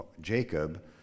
Jacob